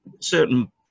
certain